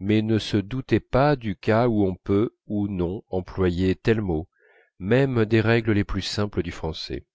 mais ne se doutait pas du cas où on peut ou non employer tel mot même des règles les plus simples du français